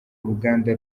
uruganda